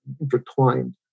intertwined